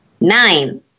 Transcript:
Nine